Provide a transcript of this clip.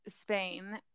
Spain